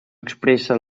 expressa